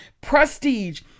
prestige